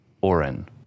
Oren